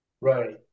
Right